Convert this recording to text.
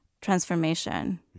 transformation